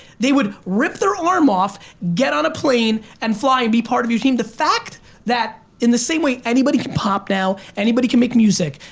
they would rip their arm off, get on a plane, and fly and be part of your team. the fact that in the same way anybody can pop now, anybody can make music,